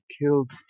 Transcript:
killed